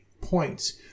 points